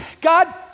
God